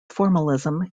formalism